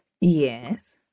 Yes